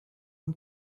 und